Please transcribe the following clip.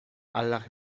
allach